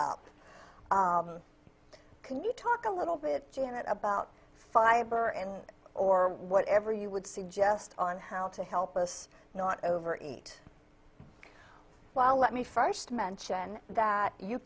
plate can you talk a little bit janet about fiber and or whatever you would suggest on how to help us not over eat well let me first mention that you